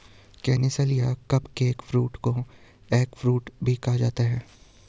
canistel या cupcake fruit को eggfruit भी कहा जाता है